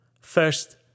First